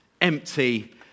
empty